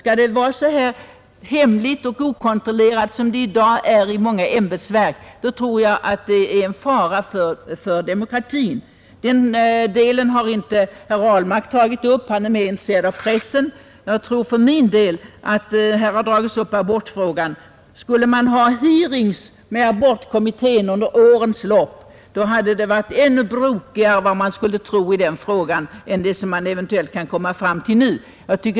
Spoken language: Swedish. Skall utredningarna göras hemligt och okontrollerat som i dag sker i många ämbetsverk, är det en fara för demokratin. Denna del har herr Ahlmark inte tagit upp. Han är mera intresserad av pressens inblandning. Abortfrågan har dragits upp som ett exempel på en kommitté, som bort ha hearings till allmänhetens upplysning. Skulle man ha haft hearings i abortkommittén under årens lopp, skulle allmänheten fått ännu brokigare uppfattningar än som eventuellt nu har kommit fram.